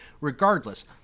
Regardless